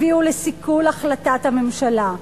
הביאו לסיכול החלטת הממשלה.